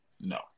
No